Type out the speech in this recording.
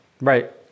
Right